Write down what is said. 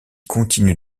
continue